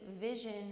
vision